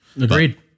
Agreed